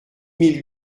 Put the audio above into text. mille